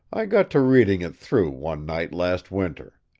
i got to reading it through, one night last winter.